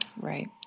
Right